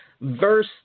Verse